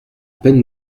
peine